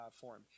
form